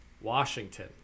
Washington